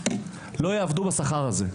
לא יעבדו בשכר הזה.